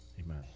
Amen